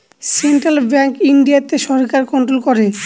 central bank ইন্ডিয়াতে সরকার control করে